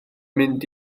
mynd